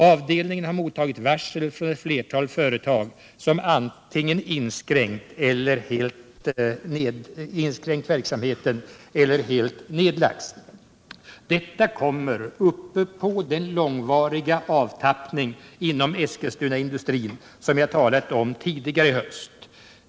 Avdelningen har mottagit varsel från ett flertal företag, som antingen inskränkt verksamheten eller helt nedlagt den. Detta kommer ovanpå den långvariga avtappning inom Eskilstunaindustrin som jag talat om tidigare i höst.